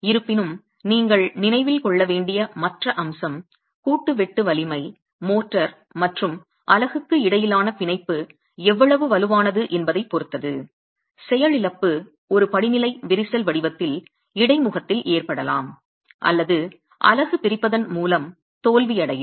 இருப்பினும் நீங்கள் நினைவில் கொள்ள வேண்டிய மற்ற அம்சம் கூட்டு வெட்டு வலிமை மோட்டார் மற்றும் அலகுக்கு இடையிலான பிணைப்பு எவ்வளவு வலுவானது என்பதைப் பொறுத்து செயலிழப்பு ஒரு படிநிலை விரிசல் வடிவத்தில் இடைமுகத்தில் ஏற்படலாம் அல்லது அலகு பிரிப்பதன் மூலம் தோல்வியடையும்